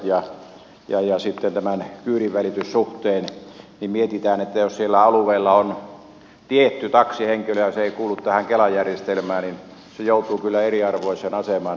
ja sitten tämän kyydinvälityksen suhteen kun mietitään että jos sillä alueella on tietty taksihenkilö ja hän ei kuulu tähän kela järjestelmään niin hän joutuu kyllä eriarvoiseen asemaan